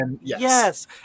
Yes